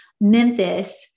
Memphis